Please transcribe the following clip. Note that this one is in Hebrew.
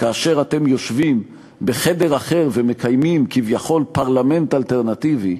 כאשר אתם יושבים בחדר אחר ומקיימים כביכול פרלמנט אלטרנטיבי,